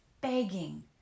begging